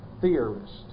theorist